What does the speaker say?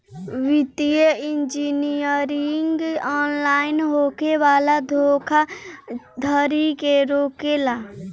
वित्तीय engineering online होखे वाला धोखाधड़ी के रोकेला